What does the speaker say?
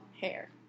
Hair